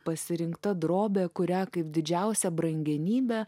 pasirinkta drobė kurią kaip didžiausią brangenybę